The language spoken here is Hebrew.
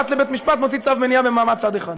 רץ לבית-המשפט ומוציא צו מניעה במעמד צד אחד.